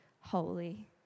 holy